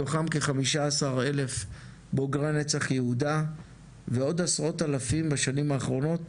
מתוכם 15,000 בוגרי נצח יהודה ועוד עשרות אלפים בשנים האחרונות